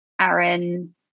Aaron